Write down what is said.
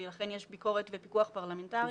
ולכן יש ביקורת ופיקוח פרלמנטרי.